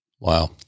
Wow